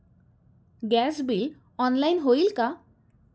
Gas bill online होईल का?